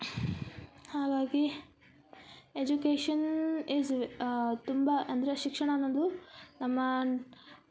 ಹಾಗಾಗಿ education is ತುಂಬ ಅಂದರೆ ಶಿಕ್ಷಣ ಅನ್ನೋದು ನಮ್ಮ